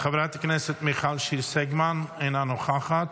חברת הכנסת מיכל שיר סגמן, אינה נוכחת.